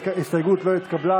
ההסתייגות לא התקבלה.